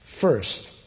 First